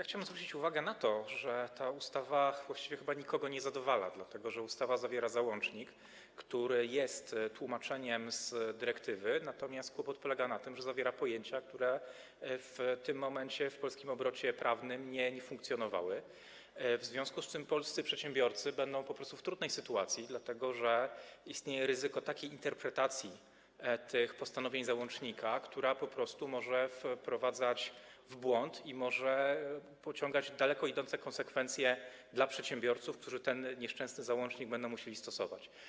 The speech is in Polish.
Chciałem zwrócić uwagę na to, że ta ustawa właściwie chyba nikogo nie zadowala, dlatego że ustawa zawiera załącznik, który jest tłumaczeniem z dyrektywy, natomiast kłopot polega na tym, że zawiera pojęcia, które w tym momencie w polskim obrocie prawnym nie funkcjonują, w związku z czym polscy przedsiębiorcy będą po prostu w trudnej sytuacji, dlatego że istnieje ryzyko takiej interpretacji tych postanowień załącznika, która po prostu może wprowadzać w błąd i może pociągać za sobą daleko idące konsekwencje dla przedsiębiorców, którzy ten nieszczęsny załącznik będą musieli stosować.